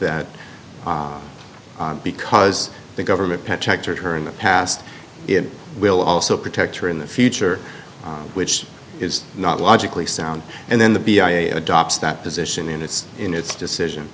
that because the government pet checked her in the past it will also protect her in the future which is not logically sound and then the b i a adopts that position in its in its decision